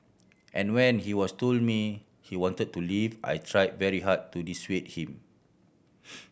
and when he was told me he wanted to leave I try very hard to dissuade him